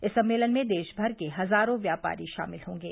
इस सम्मेलन में देश भर के हजारों व्यापारी शामिल होंगे